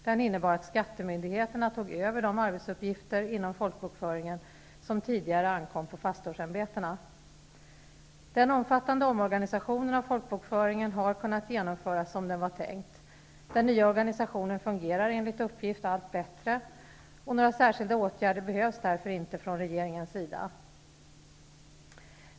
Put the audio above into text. Den innebar att skattemyndigheterna tog över de arbetsuppgifter inom folkbokföringen som tidigare ankom på pastorsämbetena. Den omfattande omorganisationen av folkbokföringen har kunnat genomföras som den var tänkt. Den nya organisationen fungerar enligt uppgift allt bättre. Några särskilda åtgärder behövs därför inte från regeringens sida.